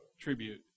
Tribute